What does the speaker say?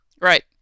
right